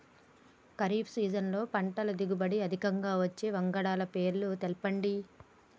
ఖరీఫ్ సీజన్లో పంటల దిగుబడి అధికంగా వచ్చే వంగడాల పేర్లు చెప్పండి?